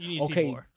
Okay